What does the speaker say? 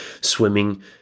swimming